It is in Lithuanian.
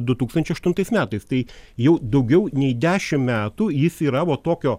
du tūkstančiai aštuntais metais tai jau daugiau nei dešim metų jis yra vo tokio